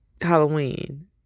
Halloween